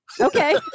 Okay